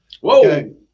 Whoa